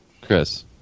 Chris